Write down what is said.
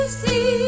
see